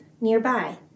nearby